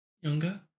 younger